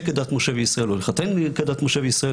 כדת משה וישראל או להתחתן כדת משה בישראל,